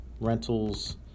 rentals